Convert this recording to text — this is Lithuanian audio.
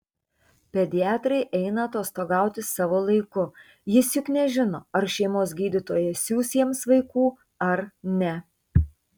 pediatrai eina atostogauti savo laiku jis juk nežino ar šeimos gydytojas siųs jiems vaikų ar ne